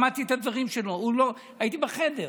שמעתי את הדברים שלו, הייתי בחדר.